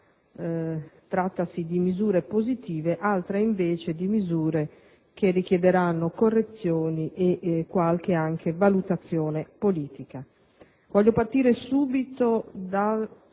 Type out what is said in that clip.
tratta di misure positive, in altri invece di misure che richiederanno correzioni ed anche qualche valutazione politica. Voglio partire subito